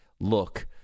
look